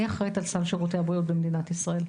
אני אחראית על סל שירותי הבריאות במדינת ישראל.